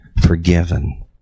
forgiven